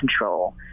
control